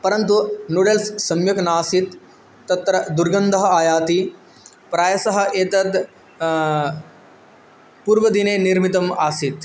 परन्तु नूडल्स् सम्यक् नासीत् तत्र दुर्गन्धः आयाति प्रायशः एतत् पूर्वदिने निर्मितम् आसीत्